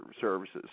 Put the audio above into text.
services